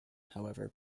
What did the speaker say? however